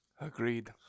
Agreed